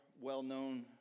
well-known